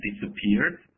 disappeared